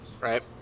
right